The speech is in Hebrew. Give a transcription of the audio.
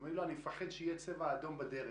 הוא ענה: אני מפחד שיהיה צבע אדום בדרך.